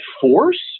force